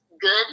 good